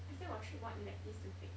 I still got three more electives to take